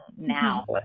now